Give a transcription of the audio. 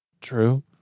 True